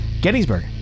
Gettysburg